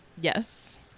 yes